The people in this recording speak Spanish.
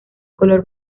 color